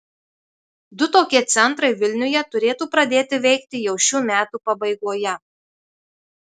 du tokie centrai vilniuje turėtų pradėti veikti jau šių metų pabaigoje